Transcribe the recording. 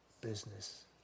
business